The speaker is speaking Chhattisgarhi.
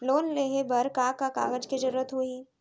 लोन लेहे बर का का कागज के जरूरत होही?